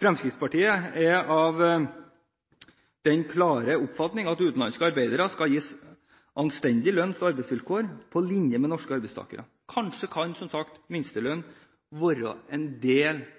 Fremskrittspartiet er av den klare oppfatning at utenlandske arbeidere skal gis anstendig lønn og arbeidsvilkår på linje med norske arbeidstakere. Kanskje kan – som sagt